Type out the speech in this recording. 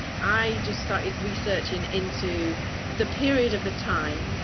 i just started researching into the period of the time.